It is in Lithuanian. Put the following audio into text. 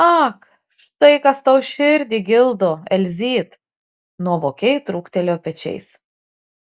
ak štai kas tau širdį gildo elzyt nuovokiai trūktelėjo pečiais